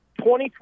2020